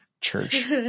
church